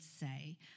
say